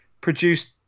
produced